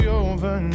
over